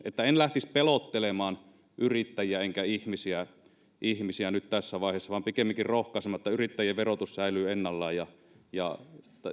että en lähtisi pelottelemaan yrittäjiä enkä ihmisiä ihmisiä nyt tässä vaiheessa vaan pikemminkin rohkaisemaan että yrittäjien verotus säilyy ennallaan ja ja